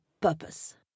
purpose